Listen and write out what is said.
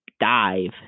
dive